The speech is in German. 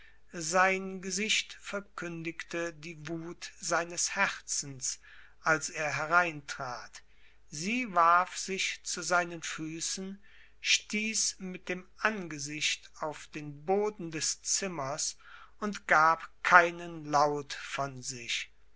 sein gesicht verkündigte die wut seines herzens als er hereintrat sie warf sich zu seinen füßen stieß mit dem angesicht auf den boden des zimmers und gab keinen laut von sich